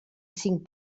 cinc